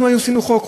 אנחנו עשינו חוק,